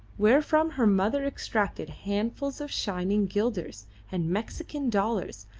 wherefrom her mother extracted handfuls of shining guilders and mexican dollars,